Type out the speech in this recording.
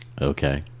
Okay